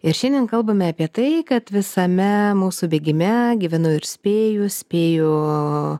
ir šiandien kalbame apie tai kad visame mūsų bėgime gyvenu ir spėju spėju